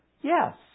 Yes